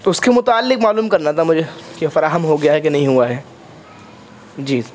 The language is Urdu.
تو اس کے متعلق معلوم کرنا تھا مجھے کہ فراہم ہو گیا ہے کہ نہیں ہوا ہے جی